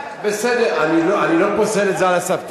בסדר, אני לא פוסל את זה על הסף.